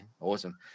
Awesome